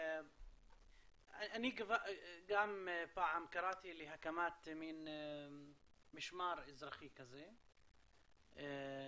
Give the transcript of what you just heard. אני גם פעם קראתי להקמת מין משמר אזרחי כזה כדי